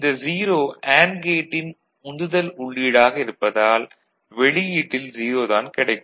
இந்த 0 அண்டு கேட்டின் உந்துதல் உள்ளீடாக இருப்பதால் வெளியீட்டில் 0 தான் கிடைக்கும்